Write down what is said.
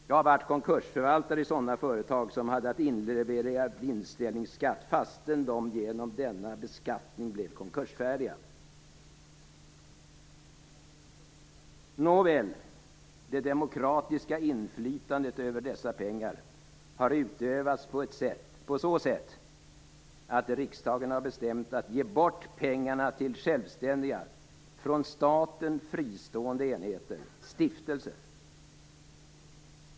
Jag har varit konkursförvaltare i företag som hade att inleverera vinstdelningsskatt fastän de genom denna beskattning blev konkursfärdiga. Nåväl, det demokratiska inflytandet över dessa pengar har utövats på så sätt att riksdagen har beslutat att ge bort pengarna till självständiga, från staten fristående, enheter - stiftelser.